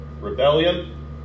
rebellion